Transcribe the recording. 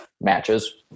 matches